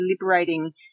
liberating